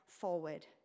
forward